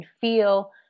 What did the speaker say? feel